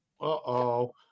Uh-oh